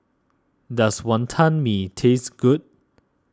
does Wonton Mee taste good